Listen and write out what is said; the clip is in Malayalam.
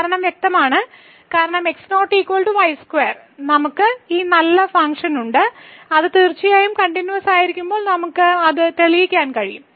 കാരണം വ്യക്തമാണ് കാരണം നമുക്ക് ഈ നല്ല ഫംഗ്ഷൻ ഉണ്ട് അത് തീർച്ചയായും കണ്ടിന്യൂവസ്സായിരിക്കുമ്പോൾ നമുക്ക് അത് തെളിയിക്കാൻ കഴിയും